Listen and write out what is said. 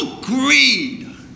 greed